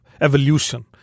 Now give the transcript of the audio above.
evolution